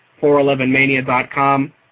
411mania.com